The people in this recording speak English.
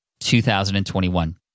2021